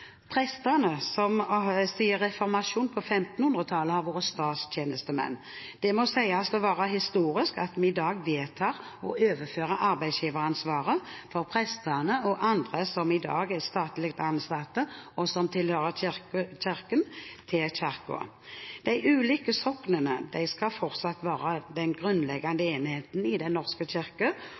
på 1500-tallet vært statstjenestemenn. Det må sies å være historisk at vi i dag vedtar å overføre arbeidsgiveransvaret for prestene og andre som i dag er statlig ansatte, og som tilhører Kirken, til Kirken. De ulike soknene skal fortsatt være den grunnleggende enheten i Den norske kirke